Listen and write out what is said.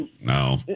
No